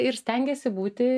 ir stengiesi būti